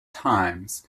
times